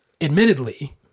admittedly